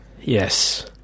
Yes